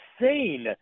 insane